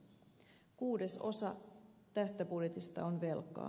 kuudesosa tästä budjetista on velkaa